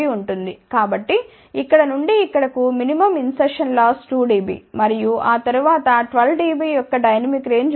కాబట్టి ఇక్కడ నుండి ఇక్కడకు మినిమం ఇంసెర్షన్ లాస్ 2 dB మరియు ఆ తరువాత 12 dB యొక్క డైనమిక్ రేంజ్ ఉంటుంది